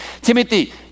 timothy